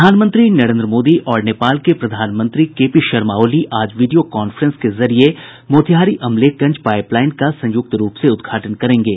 प्रधानमंत्री नरेंद्र मोदी और नेपाल के प्रधानमंत्री केपी शर्मा ओली आज वीडियो काफ्रेंस के जरिए मोतिहारी अमलेखगंज पाइपलाइन का संयुक्त रूप से उद्घाटन करेंगे